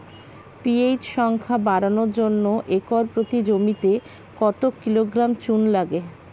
PH সংখ্যা বাড়ানোর জন্য একর প্রতি জমিতে কত কিলোগ্রাম চুন লাগে?